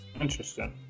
Interesting